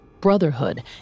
brotherhood